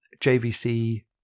JVC